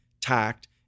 tact